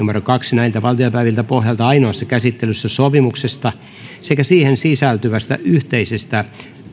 kaksi pohjalta ainoassa käsittelyssä sopimuksesta sekä siihen sisältyvästä yhteisestä